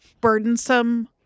burdensome